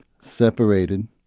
separated